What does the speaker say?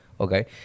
okay